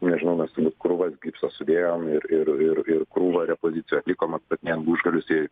nežinau mes turbūt krūvas gipso sudėjom ir ir ir ir krūvą repozicijų atlikom vat net lūžgalius į